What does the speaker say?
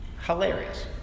Hilarious